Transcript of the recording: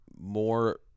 more